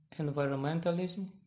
Environmentalism